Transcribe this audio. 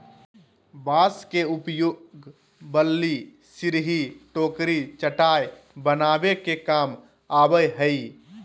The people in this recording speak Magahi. बांस के उपयोग बल्ली, सिरही, टोकरी, चटाय बनावे के काम आवय हइ